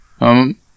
Um—